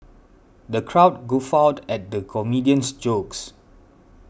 the crowd guffawed at the comedian's jokes